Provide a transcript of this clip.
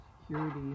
security